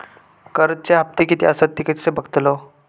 कर्जच्या हप्ते किती आसत ते कसे बगतलव?